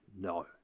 no